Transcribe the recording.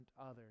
others